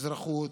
אזרחות